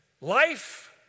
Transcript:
Life